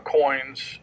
coins